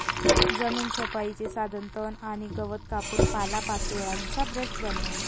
जमीन छपाईचे साधन तण आणि गवत कापून पालापाचोळ्याचा ब्रश बनवा